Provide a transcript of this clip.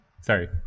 Sorry